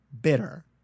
bitter